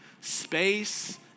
space